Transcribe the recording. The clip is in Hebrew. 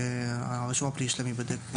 הרישום הפלילי שלהם ייבדק.